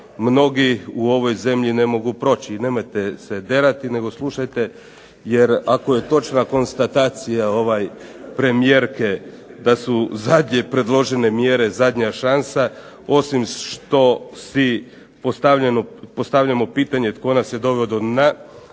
mnogi u ovoj zemlji ne mogu proći. I nemojte se derati, nego slušajte. Jer ako je točna konstatacija premijerke da su zadnje predložene mjere zadnja šansa osim što si postavljamo pitanje tko nas je doveo do dna,